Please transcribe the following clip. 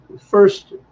first